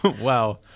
Wow